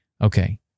Okay